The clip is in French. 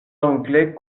anglais